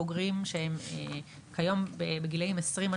בוגרים שהיום בגילאים 30-20,